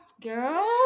girl